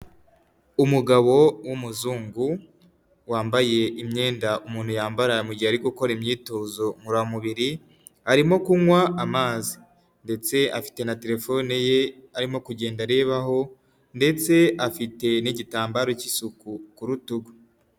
Umugabo w'umuzungu wambaye imyenda umuntu yambara mugihe ariko gukora imyitozo ngoramubiri arimo kunywa amazi ndetse afite na terefone ye arimo kugenda arebaho ndetse afite n'igitambaro cy'isuku ku rutugu.